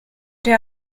der